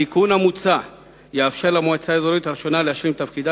התיקון המוצע יאפשר למועצה האזורית הראשונה להשלים את תפקידה